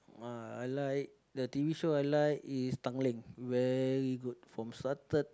uh I like the t_v show I like is Tanglin very good form started